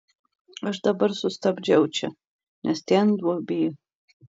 aš dabar sustabdžiau čia nes ten duobė